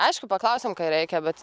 aišku paklausiam ką reikia bet